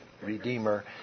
Redeemer